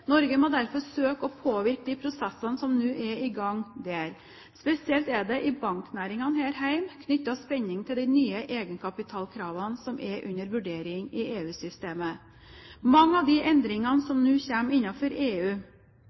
Norge må derfor søke å påvirke de prosessene som nå er i gang, bedre. Spesielt er det i banknæringen her hjemme knyttet spenning til de nye egenkapitalkravene som er under vurdering i EU-systemet. Mange av de endringene som nå kommer innenfor EU